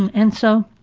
and and, so,